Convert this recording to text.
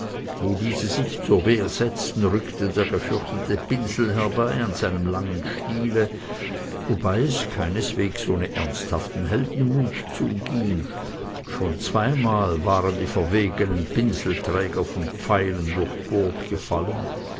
wo diese sich zur wehr setzten rückte der gefürchtete pinsel herbei an seinem langen stiele wobei es keineswegs ohne ernsthaften heldenmut zuging schon zweimal waren die verwegenen pinselträger von pfeilen durchbohrt gefallen